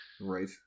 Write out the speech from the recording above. Right